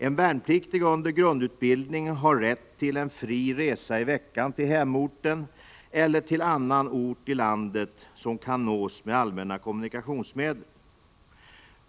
En värnpliktig under grundutbildning har rätt till en fri resa i veckan till hemorten eller till annan ort i landet som kan nås med allmänna kommunikationsmedel.